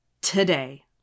today